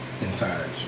inside